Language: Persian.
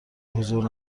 حضور